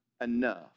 enough